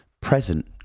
present